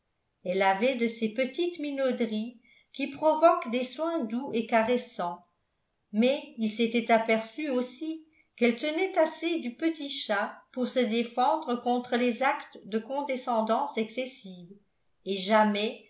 elle avait de ces petites minauderies qui provoquent des soins doux et caressants mais il s'était aperçu aussi qu'elle tenait assez du petit chat pour se défendre contre les actes de condescendance excessive et jamais